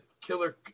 Killer